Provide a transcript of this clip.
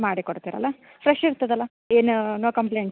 ಮಾಡಿ ಕೊಡ್ತೀರಲ್ಲ ಫ್ರೆಶ್ ಇರ್ತದಲ್ಲ ಏನನ್ನೋ ಕಂಪ್ಲೇನ್